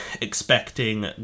expecting